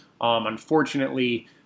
Unfortunately